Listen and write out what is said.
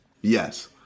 Yes